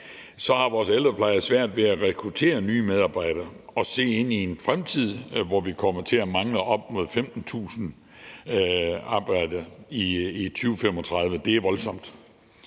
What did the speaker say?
så har vores ældrepleje svært ved at rekruttere nye medarbejdere, og vi ser ind i en fremtid, hvor vi kommer til at mangle op mod 15.000 ansatte i 2035. Det er voldsomt.